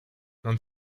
non